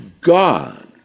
God